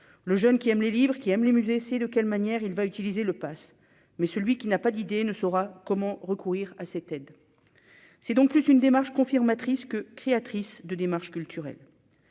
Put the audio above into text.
le jeune qui aime les livres qui aiment les musées, essayer de quelle manière il va utiliser le Pass mais celui qui n'a pas d'idée ne saura comment recourir à cette aide, c'est donc plus une démarche confirme matrice que créatrice de démarche culturelle